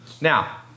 Now